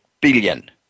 billion